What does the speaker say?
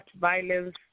violence